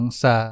sa